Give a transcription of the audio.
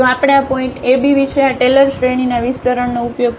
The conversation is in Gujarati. તેથી જો આપણે આ પોઈન્ટ ab વિશે આ ટેલર શ્રેણીના વિસ્તરણનો ઉપયોગ કરીએ